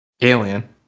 Alien